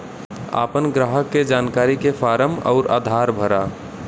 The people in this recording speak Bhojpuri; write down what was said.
आपन ग्राहक के जानकारी के फारम अउर आधार भरा